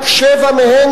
רק שבע מהן,